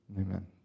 Amen